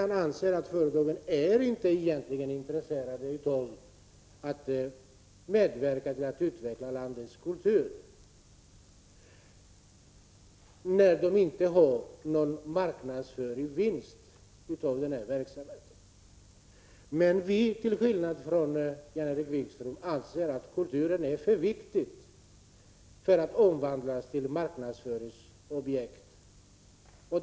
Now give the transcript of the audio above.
Han anser alltså att företagen egentligen inte är intresserade av att medverka till att utveckla landets kultur när de inte kan göra några marknadsföringsvinster på denna verksamhet. Vi menar till skillnad från Jan-Erik Wikström att kulturen är för viktig för att omvandlas till marknadsföringsobjekt.